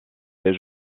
les